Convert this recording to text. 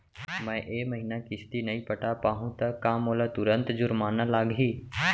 मैं ए महीना किस्ती नई पटा पाहू त का मोला तुरंत जुर्माना लागही?